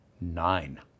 nine